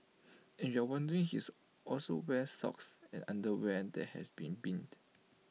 and if you're wondering he's also wears socks and underwear that has been binned